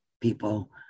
people